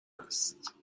هست